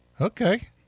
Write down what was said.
okay